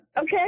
Okay